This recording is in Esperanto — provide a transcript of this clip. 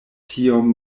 tiom